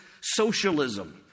socialism